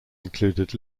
included